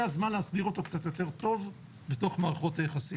הזמן להסדיר אותו קצת יותר טוב בתוך מערכות היחסים.